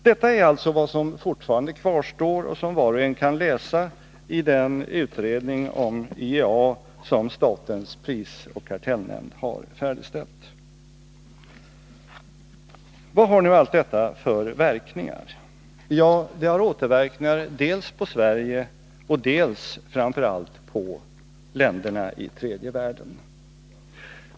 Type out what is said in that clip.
Detta är alltså vad som fortfarande kvarstår och som var och en kan läsa i den utredning om IEA som statens prisoch kartellnämnd har färdigställt. Vilka verkningar har nu allt detta? Ja, det har återverkningar dels på Sverige, dels och framför allt på länderna i tredje världen.